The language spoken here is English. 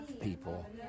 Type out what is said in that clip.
people